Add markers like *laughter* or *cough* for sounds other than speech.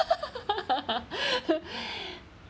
*laughs* *breath*